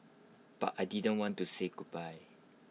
but I didn't want to say goodbye